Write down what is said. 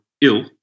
ill